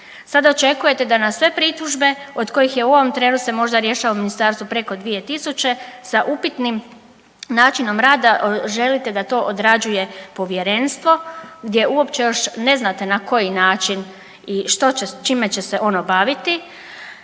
Sada očekujete da na sve pritužbe od kojih je u ovom trenu se možda rješava u ministarstvu preko 2000 sa upitnim načinom rada želite da to odrađuje povjerenstvo gdje uopće još ne znate na koji način i čime će se ono baviti.